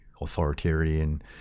authoritarian